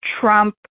Trump